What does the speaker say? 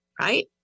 right